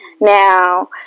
now